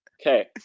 Okay